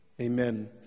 Amen